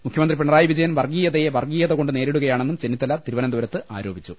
മുഖ്യമന്ത്രി പിണറായി വിജയൻ വർഗ്ഗീയ തയെ വർഗീയതകൊണ്ട് നേരിടുകയാണെന്നും ചെന്നിത്തല തിരുവനന്തപുരത്ത് ആരോപിച്ചു